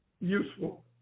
useful